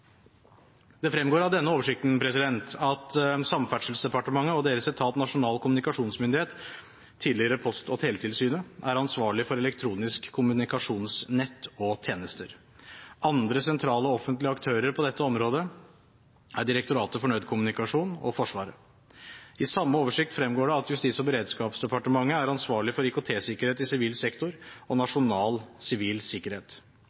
Det fremgår av denne oversikten at Samferdselsdepartementet og deres etat, Nasjonal kommunikasjonsmyndighet, tidligere Post- og teletilsynet, er ansvarlig for elektronisk kommunikasjonsnett og -tjenester. Andre sentrale offentlige aktører på dette området er Direktoratet for nødkommunikasjon og Forsvaret. I samme oversikt fremgår det at Justis- og beredskapsdepartementet er ansvarlig for IKT-sikkerhet i sivil sektor og nasjonal sivil sikkerhet.